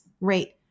rate